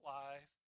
life